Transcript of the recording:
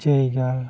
ᱡᱟᱭᱜᱟ